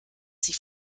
sich